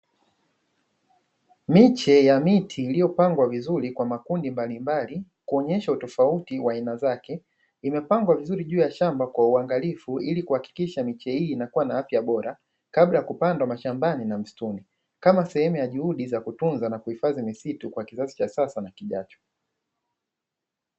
Miche ya miti iliyopangwa vizuri kwa makundi mbalimbali kuonyesha utofauti wa aina zake, imepangwa vizuri juu ya shamba kwa uangalifu ili kuhakikisha miche hii inakuwa na afya bora, kabla ya kupandwa mashambani na msituni kama sehemu ya juhudi za kutunza na kuhifadhi misitu kwa kizazi cha sasa na kijacho.